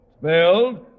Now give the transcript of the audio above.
spelled